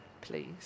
please